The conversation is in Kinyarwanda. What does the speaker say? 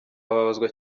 ababazwa